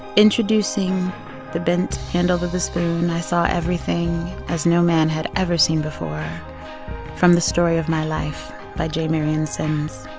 introducing the bent handle of the spoon, i saw everything as no man had ever seen before from the story of my life by j. marion sims.